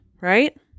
right